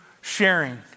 sharing